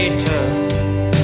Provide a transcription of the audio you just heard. tough